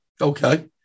Okay